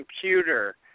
computer